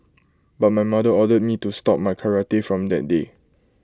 but my mother ordered me to stop my karate from that day